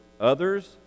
others